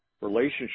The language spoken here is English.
relationship